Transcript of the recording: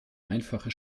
einfache